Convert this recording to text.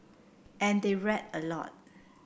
and they read a lot